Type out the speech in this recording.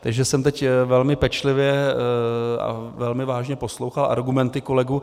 Takže jsem teď velmi pečlivě a velmi vážně poslouchal argumenty kolegů.